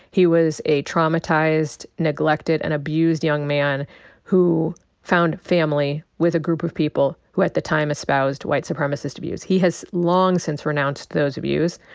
he was a traumatized, neglected, and abused young man who found family with a group of people who at the time espoused white supremacist views. he has long since renounced those views.